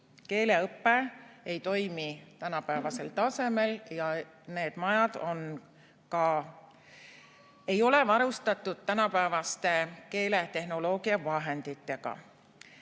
keeleõpe ei toimi tänapäevasel tasemel ja need majad ei ole varustatud tänapäevaste keeletehnoloogiavahenditega.